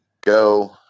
go